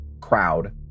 crowd